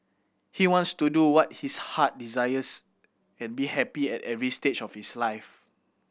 he wants to do what his heart desires and be happy at every stage of his life